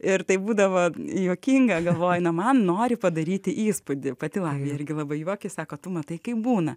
ir tai būdavo juokinga galvoju na man nori padaryti įspūdį pati latvija irgi labai juokėsi kad tu matai kaip būna